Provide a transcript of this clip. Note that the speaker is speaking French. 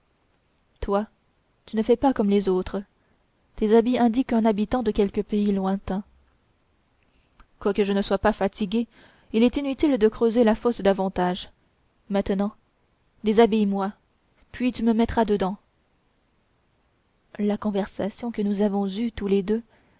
toi tu ne fais pas comme les autres tes habits indiquent un habitant de quelque pays lointain quoique je ne sois pas fatigué il est inutile de creuser la fosse davantage maintenant déshabille moi puis tu me mettras dedans la conversation que nous avons tous les deux